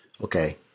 okay